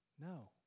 No